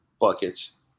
buckets